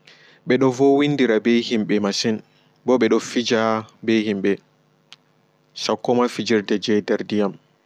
Ɓeɗo wowindira bee himɓe masin bo ɓe ɗo fija be himɓe sakkoma fijirde je nder diyam.